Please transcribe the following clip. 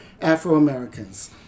Afro-Americans